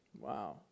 Wow